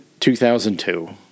2002